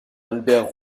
albert